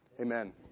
Amen